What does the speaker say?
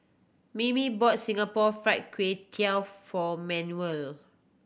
Mimi brought Singapore Fried Kway Tiao for Manuel